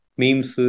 memes